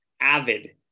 avid